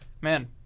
man